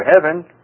heaven